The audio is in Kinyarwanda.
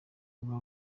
buba